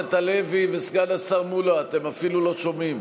הכנסת הלוי וסגן השר מולא, אתם אפילו לא שומעים.